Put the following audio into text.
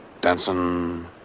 Dancing